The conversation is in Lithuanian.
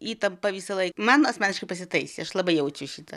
įtampa visąlaik man asmeniškai pasitaisė aš labai jaučiu šitą